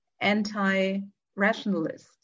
anti-rationalist